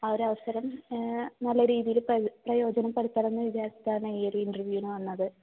ആ ഒരവസരം നല്ല രീതിയിൽ പ്രയോജനപ്പെടുത്തണമെന്ന് വിചാരിച്ചിട്ടാണ് ഈ ഒരു ഇൻറ്റർവ്യൂന് വന്നത്